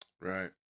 Right